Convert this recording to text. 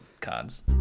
cards